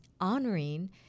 honoring